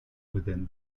within